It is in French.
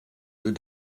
deux